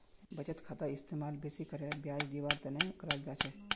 बचत खातार इस्तेमाल बेसि करे ब्याज दीवार तने कराल जा छे